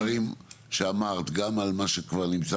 אם אני מצרף עכשיו את המספרים שאמרת גם על מה שכבר נמצא